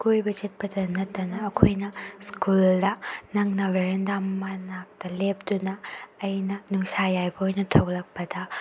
ꯀꯣꯏꯕ ꯆꯠꯄꯗ ꯅꯠꯇꯅ ꯑꯩꯈꯣꯏꯅ ꯁ꯭ꯀꯨꯜꯗ ꯅꯪꯅ ꯚꯦꯔꯦꯟꯗꯥ ꯃꯅꯥꯛꯇ ꯂꯦꯞꯇꯨꯅ ꯑꯩꯅ ꯅꯨꯡꯁꯥ ꯌꯥꯏꯕ ꯑꯣꯏꯅ ꯊꯣꯛꯂꯛꯄꯗ